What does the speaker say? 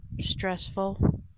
stressful